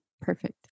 perfect